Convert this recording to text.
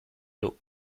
lot